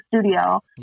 studio